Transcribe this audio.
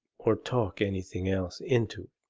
or talk anything else into